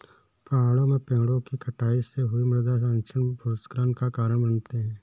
पहाड़ों में पेड़ों कि कटाई से हुए मृदा क्षरण भूस्खलन का कारण बनते हैं